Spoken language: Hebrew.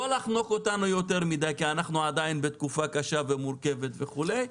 לא לחנוק אותנו יותר מדי כי אנחנו עדיין בתקופה קשה ומורכבת וכולי.